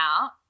out